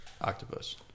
octopus